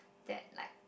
that like